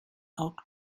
out